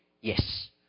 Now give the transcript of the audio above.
Yes